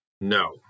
No